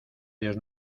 dios